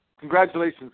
congratulations